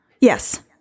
Yes